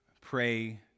pray